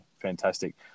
fantastic